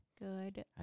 Good